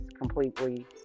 completely